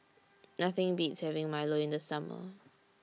Nothing Beats having Milo in The Summer